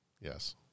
yes